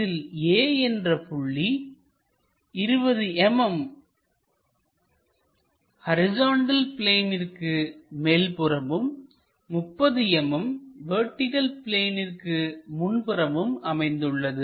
இதில் A என்ற புள்ளி 20 mm ஹரிசாண்டல் பிளேனிற்கு மேல் புறமும் 30 mm வெர்டிகள் பிளேனிற்கு முன்புறமும் அமைந்துள்ளது